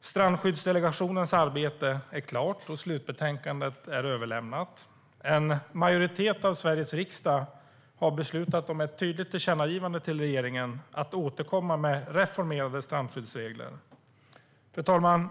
Strandskyddsdelegationens arbete är klart, och slutbetänkandet är överlämnat. En majoritet i Sveriges riksdag har beslutat om ett tydligt tillkännagivande till regeringen om att man ska återkomma med reformerade strandskyddsregler. Fru talman!